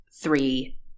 three